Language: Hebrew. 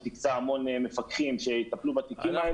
מנהל הרשות הקצה המון מפקחים שיטפלו בתיקים.